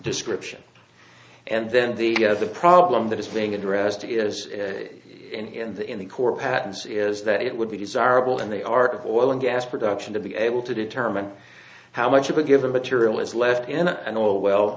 description and then get the problem that is being addressed is in the in the core patents is that it would be desirable in the art of oil and gas production to be able to determine how much of a given material is left in an old well